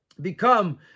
become